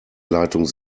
leitung